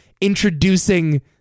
introducing